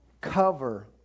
cover